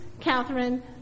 Catherine